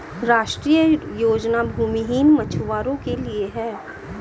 राष्ट्रीय योजना भूमिहीन मछुवारो के लिए है